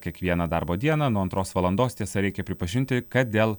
kiekvieną darbo dieną nuo antros valandos tiesa reikia pripažinti kad dėl